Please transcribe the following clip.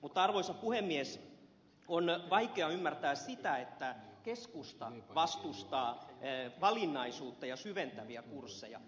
mutta arvoisa puhemies on vaikea ymmärtää sitä että keskusta vastustaa valinnaisuutta ja syventäviä kursseja